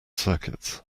circuits